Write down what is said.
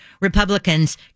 Republicans